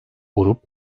grup